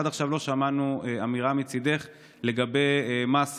עד עכשיו לא שמענו אמירה מצידך לגבי מס הגודש,